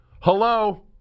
Hello